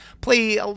play